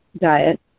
diet